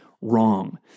wrong